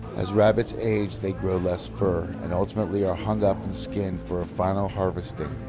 as rabbits age, they grow less fur, and ultimately are hung up and skinned for a final harvesting,